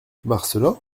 marcelin